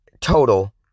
total